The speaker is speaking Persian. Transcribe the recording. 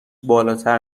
بالاتر